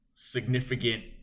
significant